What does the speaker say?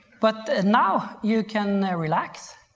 but now you can relax,